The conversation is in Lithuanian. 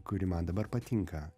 kuri man dabar patinka